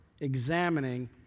examining